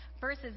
versus